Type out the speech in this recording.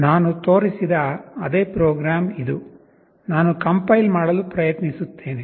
ನಾನು ತೋರಿಸಿದ ಅದೇ ಪ್ರೋಗ್ರಾಂ ಇದು ನಾನು ಕಂಪೈಲ್ ಮಾಡಲು ಪ್ರಯತ್ನಿಸುತ್ತೇನೆ